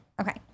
Okay